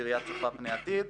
בראייה צופה פני עתיד.